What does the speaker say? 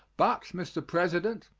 but, mr. president,